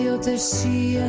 so to see